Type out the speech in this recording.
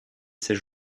ses